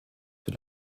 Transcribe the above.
sur